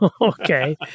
Okay